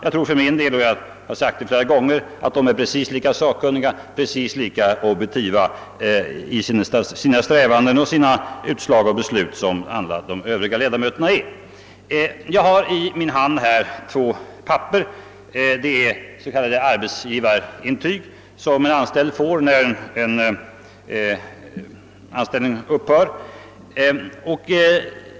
Jag tror för min del — och det har jag sagt flera gånger tidigare — att dessa är precis lika sakkunniga och objektiva i sina strävanden och sina beslut som de övriga ledamöterna. Jag har i min hand två s.k. arbetsgivarintyg, som en anställd får när en anställning upphör.